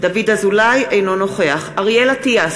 אינו נוכח אריאל אטיאס,